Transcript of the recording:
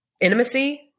intimacy